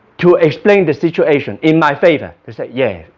to explain the situation in my favor. they say yeah,